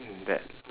mm that